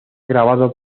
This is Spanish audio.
grabado